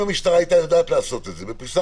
אם המשטרה הייתה יודעת לעשות את זה בפריסה